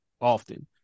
often